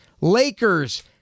Lakers